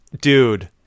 dude